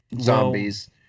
zombies